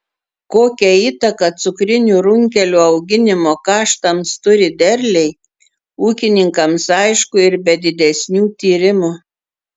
kokią įtaką cukrinių runkelių auginimo kaštams turi derliai ūkininkams aišku ir be didesnių tyrimų